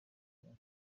akazi